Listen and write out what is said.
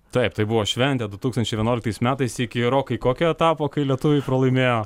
taip tai buvo šventė du tūkstančiai vienuoliktais metais iki rokai kokio etapo kai lietuviai pralaimėjo